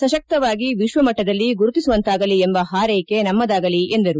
ಸಶಕ್ತವಾಗಿ ವಿಶ್ವಮಟ್ಟದಲ್ಲಿ ಗುರುತಿಸುವಂತಾಗಲಿ ಎಂಬ ಹಾರ್ಯೆಕೆ ನಮ್ಮದಾಗಲಿ ಎಂದರು